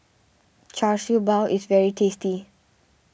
Char Siew Bao is very tasty